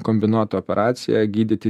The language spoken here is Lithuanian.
kombinuotą operaciją gydyti